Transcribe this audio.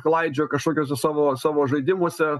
klaidžioja kažkokiuose su savo savo žaidimuose